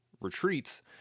retreats